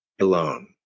alone